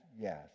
yes